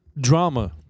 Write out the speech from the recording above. drama